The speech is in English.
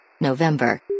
November